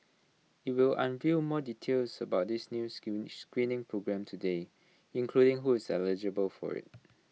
IT will unveil more details about this new screening programme today including who is eligible for IT